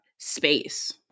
space